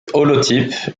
holotype